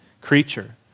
creature